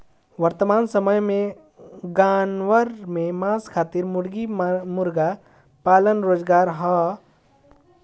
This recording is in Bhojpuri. वर्तमान समय में गांवन में मांस खातिर मुर्गी मुर्गा पालन रोजगार कअ बढ़िया जरिया बाटे